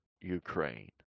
Ukraine